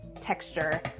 texture